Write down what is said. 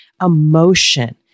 emotion